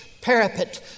parapet